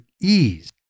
ease